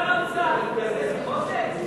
איפה שר האוצר, מתקזז עם מוזס?